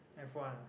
F one